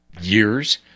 years